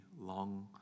long